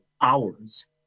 hours